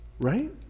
Right